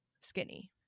skinny